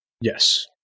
Yes